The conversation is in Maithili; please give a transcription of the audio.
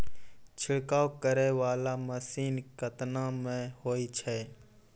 छिड़काव करै वाला मसीन केतना मे होय छै?